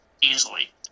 easily